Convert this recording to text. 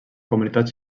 comunitat